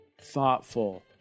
thoughtful